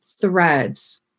threads